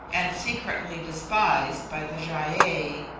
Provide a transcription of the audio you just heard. and secretly despised by the gy-ei.